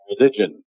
religion